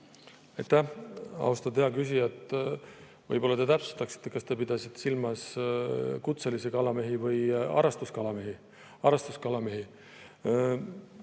austatud hea küsija! Võib-olla te täpsustaksite, kas te pidasite silmas kutselisi kalamehi või harrastuskalamehi? Harrastuskalamehi?